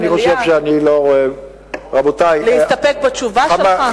אני חושב שאני לא רואה, להסתפק בתשובה שלך?